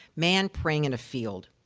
man praying in a field.